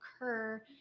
occur